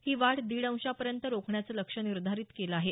ही वाढ दीड अंशापर्यंत रोखण्याचं लक्ष्य निर्धारित केलं आहे